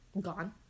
Gone